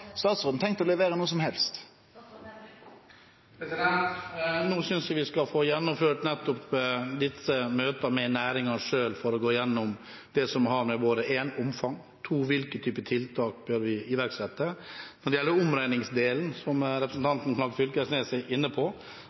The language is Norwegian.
statsråden tenkt å levere noko som helst? Nå synes jeg vi skal få gjennomført nettopp dette møtet med næringen selv for å gå igjennom det som har å gjøre med både omfang og hvilke typer tiltak vi bør iverksette. Når det gjelder omregningsdelen, som representanten Knag Fylkesnes er inne på,